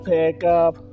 Pickup